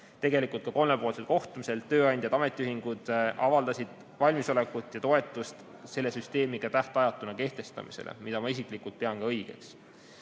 Tegelikult ka kolmepoolsel kohtumisel tööandjad-ametiühingud avaldasid valmisolekut ja toetust selle süsteemi tähtajatule kehtestamisele, mida ma isiklikult pean ka õigeks.